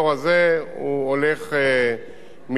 מלבד היבטי הרכבות וכל מה שאנחנו עושים,